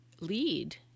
lead